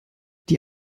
die